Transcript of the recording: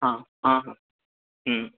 हँ हँ हँ हूँ